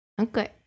Okay